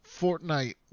Fortnite